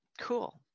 cool